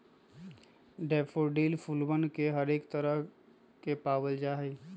daffodil फूलवन के हरेक तरह के पावल जाहई